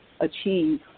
achieve